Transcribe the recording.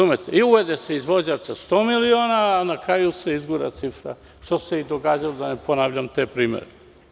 Uvede se izvođač sa 100 miliona a na kraju se izgura cifra, što se događalo, da ne ponavljam te primere.